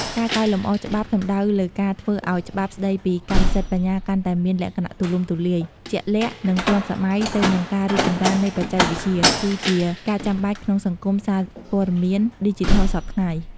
ការកែលម្អច្បាប់សំដៅលើការធ្វើឱ្យច្បាប់ស្តីពីកម្មសិទ្ធិបញ្ញាកាន់តែមានលក្ខណៈទូលំទូលាយ ជាក់លាក់ និងទាន់សម័យទៅនឹងការរីកចម្រើននៃបច្ចេកវិទ្យា គឺជាការចាំបាច់ក្នុងសង្គមសារព័ត៌មានឌីជីថលសព្វថ្ងៃ។